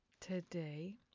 today